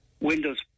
windows